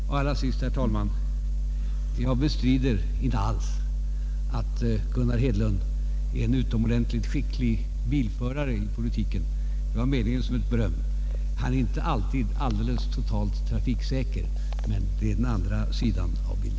Till sist, herr talman, bestrider jag inte alls att Gunnar Hedlund är en utomordentligt skicklig bilförare i politiken. Det var menat som ett beröm. Han är inte alltid helt trafiksäker, men det är den andra sidan av bilden.